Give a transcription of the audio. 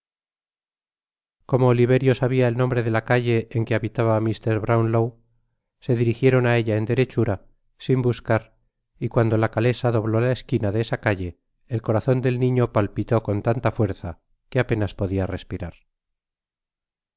como oliverio sabia el nombre de la calle en que habitaba mr bronwlow se dirijieron ella en derechura sin buscar y cuando la calesa dobló la esquina de esa calle el corazon d l niño palpitó con tanta fuerza que apenas podia respirar